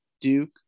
Duke